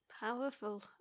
Powerful